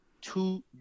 two